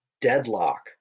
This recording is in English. Deadlock